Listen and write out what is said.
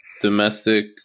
domestic